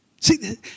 See